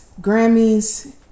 Grammys